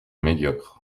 médiocre